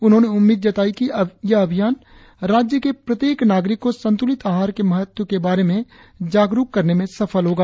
उन्होंने उम्मीद जताई कि यह अभियान राज्य के प्रत्येक नागरिक को संतुलित आहार के महत्व के बारे में जागरुक करने में सफल होगा